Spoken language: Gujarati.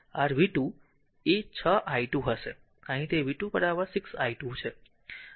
તેથી r v 2 એ 6 i2 હશે અહીં તે v 2 6 i2 છે